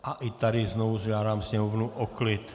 A i tady znovu žádám Sněmovnu o klid.